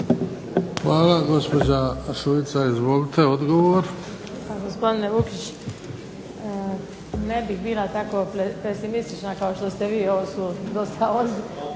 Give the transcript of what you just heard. Hvala. Gospođa Šuica, izvolite odgovor. **Šuica, Dubravka (HDZ)** Gospodine Vukić ne bih bila tako pesimistična kao što ste vi, ovo su dosta ozbiljne